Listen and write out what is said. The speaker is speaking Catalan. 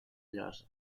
llosa